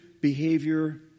behavior